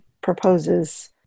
proposes